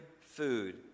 food